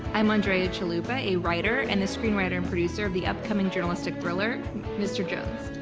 i'm andrea chalupa, a writer and the screenwriter and producer of the upcoming journalistic thriller mr. jones.